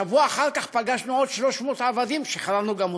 שבוע אחר כך פגשנו עוד 300 עבדים ושחררנו גם אותם.